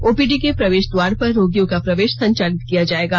OPD के प्रवेश द्ववार पर रोगियों का प्रवेश संचालित किया जाएगा